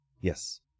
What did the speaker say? Yes